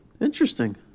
Interesting